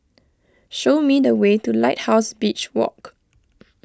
show me the way to Lighthouse Beach Walk